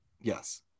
Yes